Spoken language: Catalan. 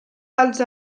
als